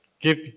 give